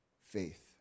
faith